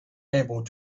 able